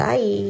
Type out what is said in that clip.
Bye